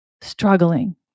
struggling